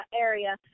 area